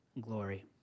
glory